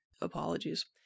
Apologies